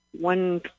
one